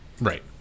Right